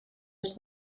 els